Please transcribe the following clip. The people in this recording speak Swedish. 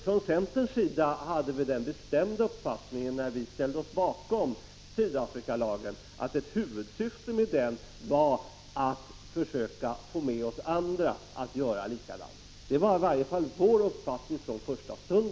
Från centerns sida hade vi redan när vi ställde oss bakom Sydafrikalagen den bestämda uppfattningen att ett huvudsyfte med lagen var att försöka få andra länder att göra likadant, införa egna Sydafrikalagar. Det var vår mening från första stund.